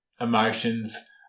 emotions